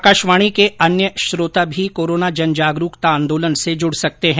आकाशवाणी के अन्य श्रोता भी कोरोना जनजागरुकता आंदोलन से जुड सकते हैं